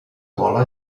vola